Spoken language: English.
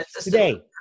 today